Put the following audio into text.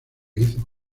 hizo